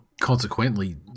consequently